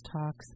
Talks